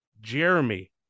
Jeremy